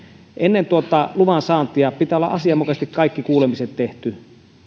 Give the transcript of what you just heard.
ennen luvan saantia pitää olla asianmukaisesti kaikki kuulemiset tehty